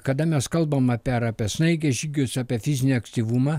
kada mes kalbam apie ar apie snaigės žygius apie fizinį aktyvumą